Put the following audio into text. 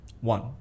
One